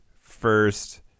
first